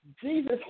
Jesus